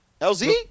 LZ